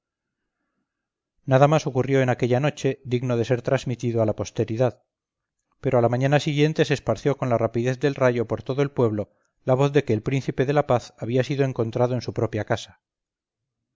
nada más ocurrió en aquella noche digno de ser transmitido a la posteridad pero a la mañana siguiente se esparció con la rapidez del rayo por todo el pueblo la voz de que el príncipe de la paz había sido encontrado en su propia casa